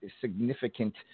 significant